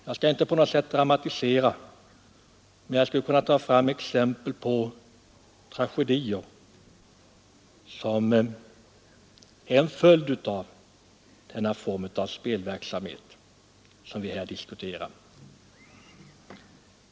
Jag skall inte dramatisera men jag skulle kunna ta fram exempel på tragedier som är en följd av den form av spelverksamhet, som vi här diskuterar.